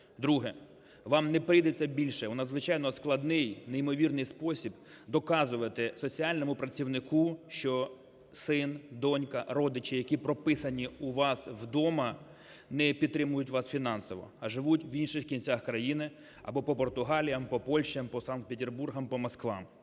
Друге. Вам не прийдеться більше у надзвичайно складний, неймовірний спосіб доказувати соціальному працівнику, що син, донька, родичі, які прописані у вас вдома, не підтримують вас фінансово, а живуть в інших кінцях країни або по Португаліям, по Польщам, по Санкт-петербургам, по Москвам,